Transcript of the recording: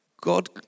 God